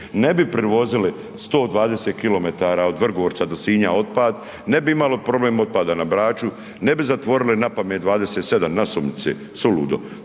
ne bi prevozili 120km od Vrgorca do Sinja otpad, ne bi imali problem otpada na Braču, ne bi zatvorili na pamet 27 nasumice, suludo,